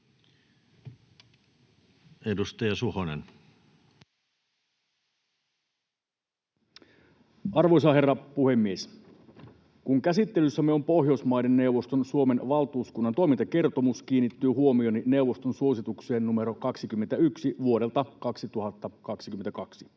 15:02 Content: Arvoisa herra puhemies! Kun käsittelyssämme on Pohjoismaiden neuvoston Suomen valtuuskunnan toimintakertomus, kiinnittyy huomioni neuvoston suositukseen numero 21 vuodelta 2022.